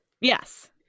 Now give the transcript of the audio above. Yes